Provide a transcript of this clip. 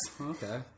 Okay